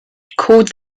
called